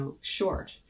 short